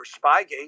Spygate